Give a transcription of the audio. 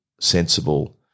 sensible